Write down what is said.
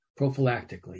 prophylactically